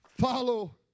Follow